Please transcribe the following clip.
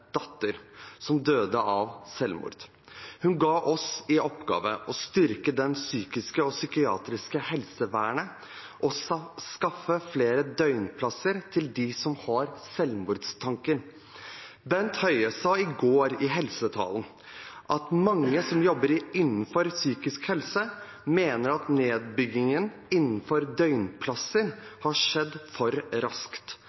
datter som døde ved selvmord. Hun ga oss i oppgave å styrke det psykiske og psykiatriske helsevernet og skaffe flere døgnplasser til dem som har selvmordstanker. Bent Høie sa i går i helsetalen at mange som jobber med psykisk helse, mener at nedbyggingen